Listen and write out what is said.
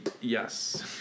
Yes